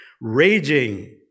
raging